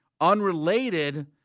unrelated